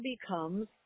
becomes